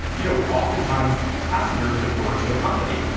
you know, oftentimes passengers defer to the company.